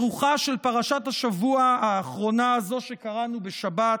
ברוחה של פרשת השבוע האחרונה, זו שקראנו בשבת,